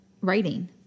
writing